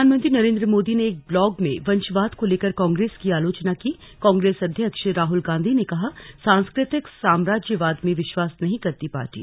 प्रधानमंत्री नरेंद्र मोदी ने एक ब्लॉग में वंशवाद को लेकर कांग्रेस की आलोचना कीकांग्रेस अध्यक्ष राहुल गांधी ने कहा सांस्कृतिक साम्राज्यवाद में विश्वास नहीं करती पार्टी